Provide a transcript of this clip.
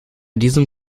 diesem